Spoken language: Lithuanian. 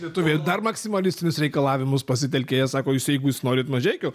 lietuviai dar maksimalistinius reikalavimus pasitelkė jie sako jūs jeigu jūs norit mažeikių